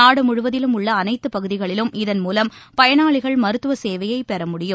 நாடு முழுவதிலும் உள்ள அனைத்து பகுதிகளிலும் இதன்மூலம் பயனாளிகள் மருத்துவ சேவையை பெற முடியும்